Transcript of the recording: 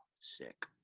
sick